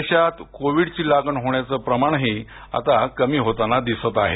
देशात कोविड ची लागण होण्याच प्रमाणही आता कमी होताना दिसत आहे